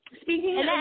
Speaking